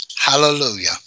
Hallelujah